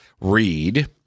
read